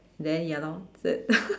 then ya lor the